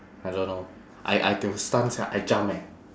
I don't know I I tio stun sia I jump eh